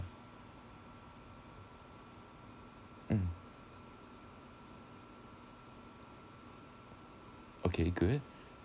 um okay good